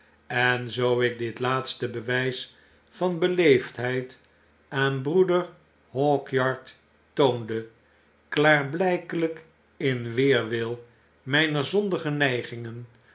en zoo ik dit laatste bewys van beleefdheid aan broeder hawkyard toonde klaarblijkelijk in weerwil myner zondige neigingen